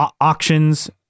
auctions